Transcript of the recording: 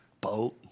boat